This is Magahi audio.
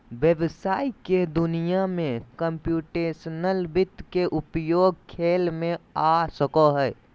व्हवसाय के दुनिया में कंप्यूटेशनल वित्त के उपयोग खेल में आ सको हइ